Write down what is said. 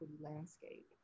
landscape